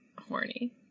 horny